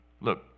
Look